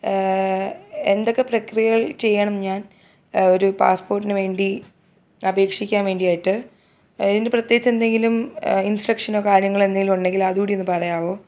എന്തൊക്കെ പ്രക്രിയകൾ ചെയ്യണം ഞാൻ ഒരു പാസ്സ് പോർട്ടിന് വേണ്ടി അപേക്ഷിക്കാൻ വേണ്ടിയായിട്ട് ഇതിന് പ്രത്യേകിച്ചെന്തെങ്കിലും ഇൻസ്ട്രക്ഷനോ കാര്യങ്ങളെന്തെങ്കിലുമുണ്ടെങ്കിൽ അത് കൂടി ഒന്ന് പറയാമോ